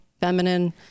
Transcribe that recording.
feminine